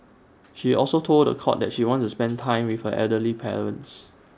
she also told The Court that she wants to spend time with her elderly parents